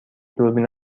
دوربین